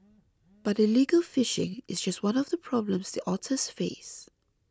but illegal fishing is just one of the problems the otters face